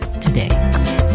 today